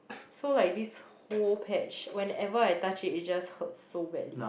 so like this whole patch whenever I touch it it just hurts so badly